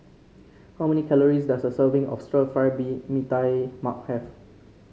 how many calories does a serving of stir fry bee Mee Tai Mak have